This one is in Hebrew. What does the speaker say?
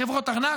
חברות ארנק,